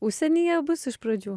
užsienyje bus iš pradžių